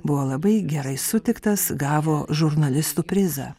buvo labai gerai sutiktas gavo žurnalistų prizą